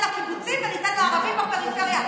אנחנו ניתן לקיבוצים וניתן לערבים בפריפריה,